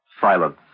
Silence